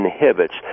inhibits